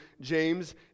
James